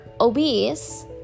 obese